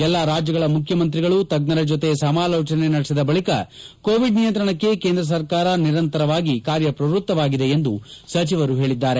ಎಲ್ಲಾ ರಾಜ್ಯಗಳ ಮುಖ್ಯಮಂತ್ರಿಗಳು ತಜ್ಞರ ಜೊತೆ ಸಮಾಲೋಚನೆ ನಡೆಸಿದ ಬಳಿಕ ಕೋವಿಡ್ ನಿಯಂತ್ರಣಕ್ಕೆ ಕೇಂದ್ರ ಸರ್ಕಾರ ನಿರಂತರವಾಗಿ ಕಾರ್ಯಪ್ರವೃತ್ತವಾಗಿದೆ ಎಂದು ಸಚಿವರು ಹೇಳಿದ್ದಾರೆ